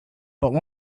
but